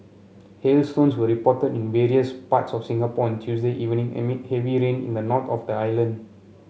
hailstones were reported in various parts of Singapore on Tuesday evening amid heavy rain in the north of the island